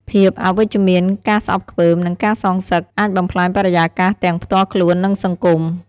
ភាពអវិជ្ជមាន ការស្អប់ខ្ពើម និងការសងសឹក អាចបំផ្លាញបរិយាកាសទាំងផ្ទាល់ខ្លួន និងសង្គម។